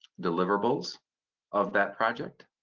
deliverables of that project.